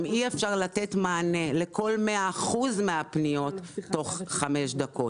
אי אפשר לתת מענה לכל 100 אחוזים מהפניות תוך חמש דקות.